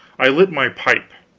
i lit my pipe.